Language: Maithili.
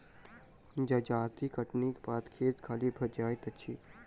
जजाति कटनीक बाद खेत खाली भ जाइत अछि